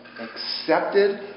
Accepted